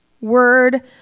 word